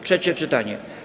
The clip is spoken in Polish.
Trzecie czytanie.